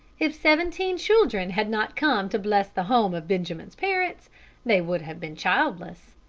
if seventeen children had not come to bless the home of benjamin's parents they would have been childless.